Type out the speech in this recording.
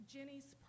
Jenny's